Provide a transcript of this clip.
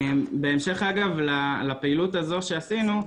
בהמשך אגב לפעילות הזאת שעישנו,